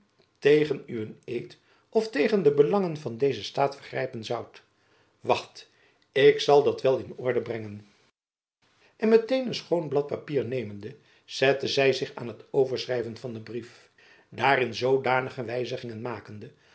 tegen uwen eed of tegen de belangen van dezen staat vergrijpen zoudt wacht ik zal dat wel in orde brengen en met-een een schoon blad papier nemende zette zy zich aan het overschrijven van den brief daarin zoodanige wijzigingen makende